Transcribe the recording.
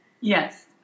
Yes